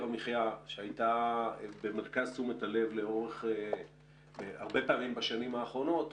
המחייה שהייתה במרכז תשומת הלב לאורך הרבה פעמים בשנים האחרונות,